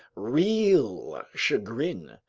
real chagrin.